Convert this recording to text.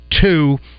two